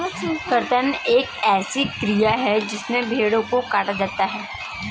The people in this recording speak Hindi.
कर्तन एक ऐसी क्रिया है जिसमें भेड़ों को काटा जाता है